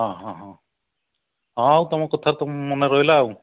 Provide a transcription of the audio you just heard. ହଁ ହଁ ହଁ ହଁ ଆଉ ତମ କଥା ତ ମନେ ରହିଲା ଆଉ